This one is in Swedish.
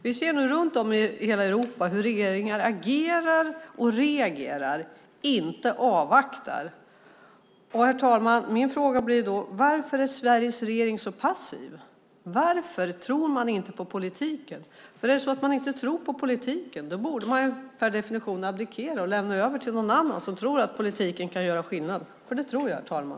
Vi ser nu hur regeringar i hela Europa agerar och reagerar, inte avvaktar. Herr talman! Min fråga blir då: Varför är Sveriges regering så passiv? Varför tror man inte på politiken? Om man inte tror på politiken borde man per definition abdikera och lämna över till någon annan som tror att politiken kan göra skillnad. Det tror jag, herr talman.